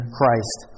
Christ